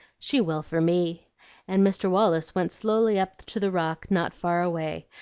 she will for me and mr. wallace went slowly up to the rock not far away,